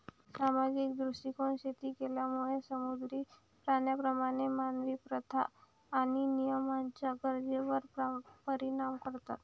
सामाजिक दृष्टीकोन शेती केलेल्या समुद्री प्राण्यांमध्ये मानवी प्रथा आणि नियमांच्या गरजेवर परिणाम करतात